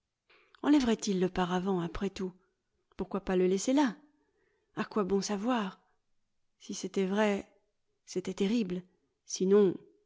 enlèverait il le paravent après tout pourquoi pas le laisser là a quoi bon savoir si c'était vrai c'était terrible sinon